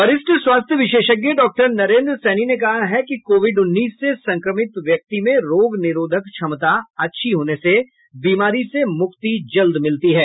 वरिष्ठ स्वास्थ्य विशेषज्ञ डॉक्टर नरेंद्र सैनी ने कहा है कि कोविड उन्नीस से संक्रमित व्यक्ति में रोग निरोधक क्षमता अच्छी होने से बीमारी से मुक्ति जल्द मिलती है